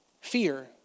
Fear